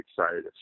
excited